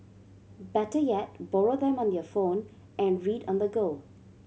better yet borrow them on your phone and read on the go